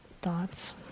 thoughts